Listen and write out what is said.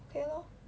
okay lor